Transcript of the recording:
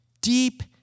deep